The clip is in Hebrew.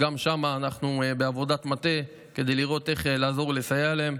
גם שם אנחנו בעבודת מטה כדי לראות איך לעזור ולסייע להם,